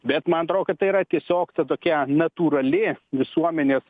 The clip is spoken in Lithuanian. bet man atrodo kad tai yra tiesiog tokia natūrali visuomenės